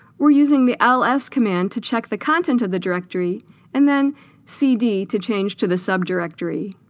we're using the ls command to check the content of the directory and then cd to change to the sub directory